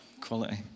quality